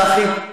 צחי,